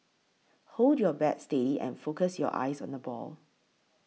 hold your bat steady and focus your eyes on the ball